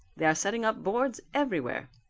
they are setting up boards everywhere.